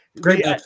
Great